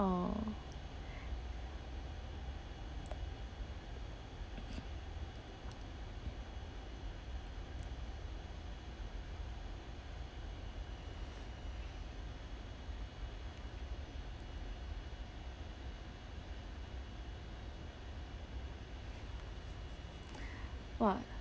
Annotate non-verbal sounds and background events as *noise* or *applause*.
oh *breath* !wah!